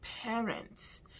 parents